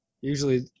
Usually